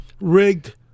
rigged